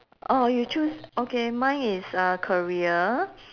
orh you choose okay mine is uh career